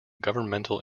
governmental